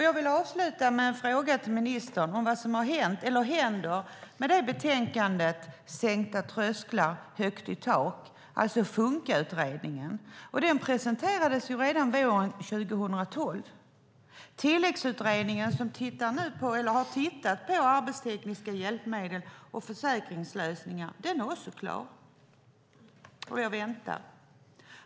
Jag vill avsluta med en fråga till ministern om vad som har hänt eller händer med betänkandet Sänkta trösklar, högt i tak , alltså Funkautredningen. Den presenterades redan våren 2012. Tilläggsutredningen som har tittat på arbetstekniska hjälpmedel och försäkringslösningar är också klar, och jag väntar.